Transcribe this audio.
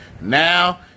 Now